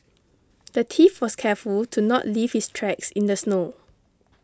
the thief was careful to not leave his tracks in the snow